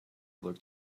looked